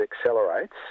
accelerates